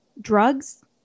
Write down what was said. drugs